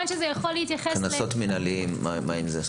מה עם קנסות מנהליים?